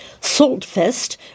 Saltfest